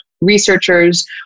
researchers